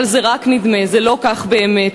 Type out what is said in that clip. אבל זה רק נדמה, זה לא כך באמת.